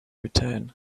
return